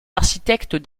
architectes